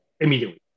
immediately